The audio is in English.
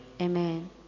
Amen